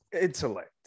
intellect